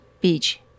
beach